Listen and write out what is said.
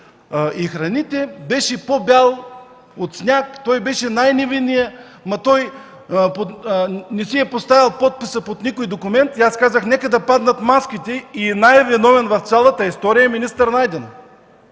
и храните, беше по-бял от сняг, той беше най-невинният, той не си е поставил подписа под никакъв документ. Аз казах: „Нека да паднат маските! Най-виновен в цялата история е министър Найденов!”